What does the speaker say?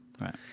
Right